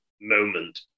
moment